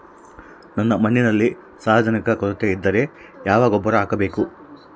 ನನ್ನ ಮಣ್ಣಿನಲ್ಲಿ ಸಾರಜನಕದ ಕೊರತೆ ಇದ್ದರೆ ಯಾವ ಗೊಬ್ಬರ ಹಾಕಬೇಕು?